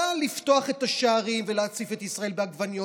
קל לפתוח את השערים ולהציף את ישראל בעגבניות,